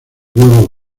huevos